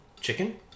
chicken